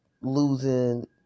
losing